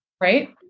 Right